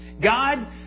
God